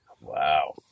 Wow